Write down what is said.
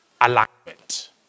alignment